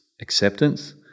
acceptance